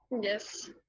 Yes